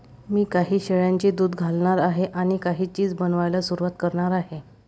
मी काही शेळ्यांचे दूध घालणार आहे आणि काही चीज बनवायला सुरुवात करणार आहे